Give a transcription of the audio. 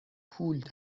پول